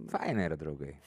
faini yra draugai